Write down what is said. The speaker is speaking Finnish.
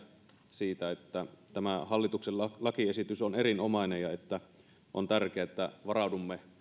siitä että tämä hallituksen lakiesitys on erinomainen ja että on tärkeää että varaudumme